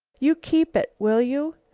you keep it, will you?